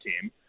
team